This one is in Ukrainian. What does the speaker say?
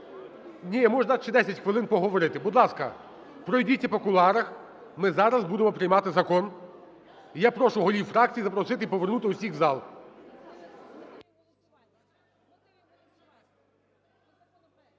Ні, я можу дати ще 10 хвилин поговорити. Будь ласка, пройдіться по кулуарах, ми зараз будемо приймати закон. І я прошу голів фракцій запросити і повернути усіх в зал.